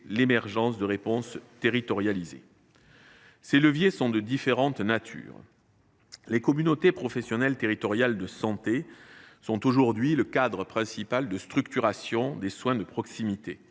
l’émergence de réponses territorialisées. Ces leviers sont de différentes natures. Les communautés professionnelles territoriales de santé (CPTS) constituent le cadre principal de structuration des soins de proximité.